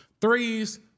threes